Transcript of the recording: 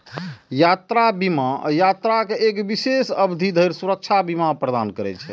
यात्रा बीमा यात्राक एक विशेष अवधि धरि सुरक्षा बीमा प्रदान करै छै